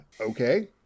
Okay